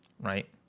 right